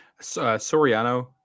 Soriano